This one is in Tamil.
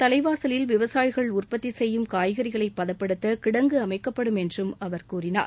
தலைவாசலில் விவசாயிகள் உற்பத்தி செய்யும் காய்கறிகளை பதப்படுத்த கிடங்கு சேலம் அமைக்கப்படும் என்றும் அவர் தெரிவித்தார்